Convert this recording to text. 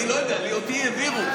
אני לא יודע, אותי העבירו.